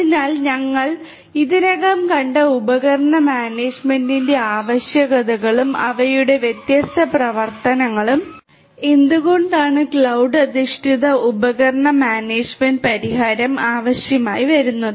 അതിനാൽ ഞങ്ങൾ ഇതിനകം കണ്ട ഉപകരണ മാനേജുമെന്റിന്റെ ആവശ്യകതകളും അവയുടെ വ്യത്യസ്ത പ്രവർത്തനങ്ങളും ഇവ എന്തുകൊണ്ടാണ് ഈ ക്ലൌഡ് അധിഷ്ഠിത ഉപകരണ മാനേജുമെന്റ് പരിഹാരം ആവശ്യമായി വരുന്നത്